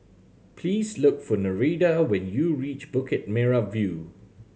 please look for Nereida when you reach Bukit Merah View